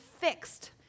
fixed